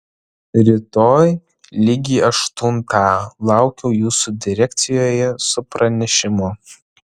rytoj lygiai aštuntą laukiu jūsų direkcijoje su pranešimu